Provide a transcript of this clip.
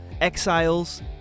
exiles